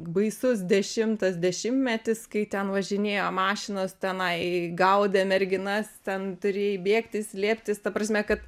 baisus dešimtas dešimtmetis kai ten važinėjo mašinos tenai gaudė merginas ten turėjai bėgti slėptis ta prasme kad